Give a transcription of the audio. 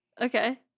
okay